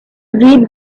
read